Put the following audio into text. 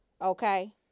okay